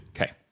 Okay